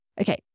Okay